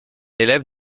élève